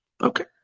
Okay